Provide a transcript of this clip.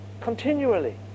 Continually